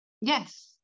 yes